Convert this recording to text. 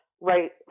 right